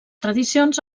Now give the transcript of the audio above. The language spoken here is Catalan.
tradicions